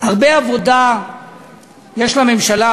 הרבה עבודה יש לממשלה,